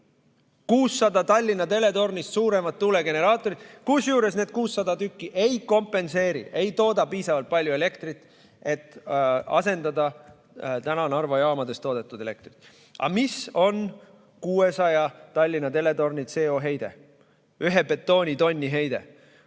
600 Tallinna teletornist suuremat tuulegeneraatorit, kusjuures need 600 ei kompenseeri, ei tooda piisavalt palju elektrit, et asendada täna Narva jaamades toodetud elektrit. Aga mis on 600 Tallinna teletorni CO2heide? Ühe betoonitonni heide